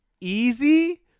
easy